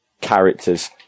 characters